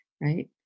right